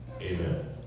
amen